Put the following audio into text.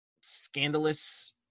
scandalous